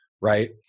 right